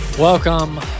Welcome